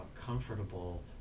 comfortable